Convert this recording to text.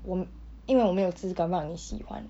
我因为我没有资格让你喜欢